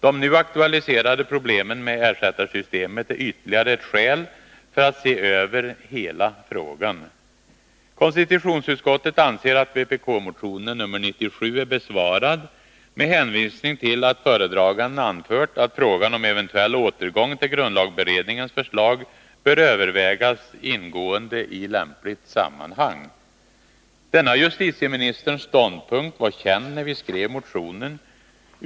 De nu aktualiserade problemen med ersättarsystemet är ytterligare ett skäl för att se över hela frågan. Konstitutionsutskottet anser att vpk-motion nr 97 är besvarad, med hänvisning till att föredraganden anfört att frågan om eventuell återgång till grundlagberedningens förslag bör övervägas ingående i lämpligt sammanhang. Denna justitieministerns ståndpunkt var känd när vi skrev motionen.